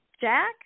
Jack